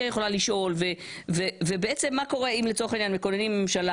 יכולה לשאול ובעצם מה קורה אם לצורך העניין מכוננים ממשלה